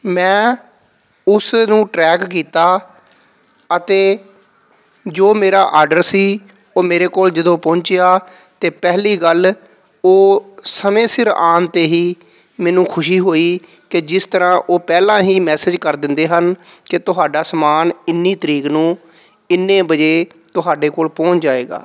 ਮੈਂ ਉਸ ਨੂੰ ਟ੍ਰੈਕ ਕੀਤਾ ਅਤੇ ਜੋ ਮੇਰਾ ਆਰਡਰ ਸੀ ਉਹ ਮੇਰੇ ਕੋਲ ਜਦੋਂ ਪਹੁੰਚਿਆ ਅਤੇ ਪਹਿਲੀ ਗੱਲ ਉਹ ਸਮੇਂ ਸਿਰ ਆਉਣ 'ਤੇ ਹੀ ਮੈਨੂੰ ਖੁਸ਼ੀ ਹੋਈ ਕਿ ਜਿਸ ਤਰ੍ਹਾਂ ਉਹ ਪਹਿਲਾਂ ਹੀ ਮੈਸੇਜ ਕਰ ਦਿੰਦੇ ਹਨ ਕਿ ਤੁਹਾਡਾ ਸਮਾਨ ਇੰਨੀ ਤਰੀਕ ਨੂੰ ਇੰਨੇ ਵਜੇ ਤੁਹਾਡੇ ਕੋਲ ਪਹੁੰਚ ਜਾਏਗਾ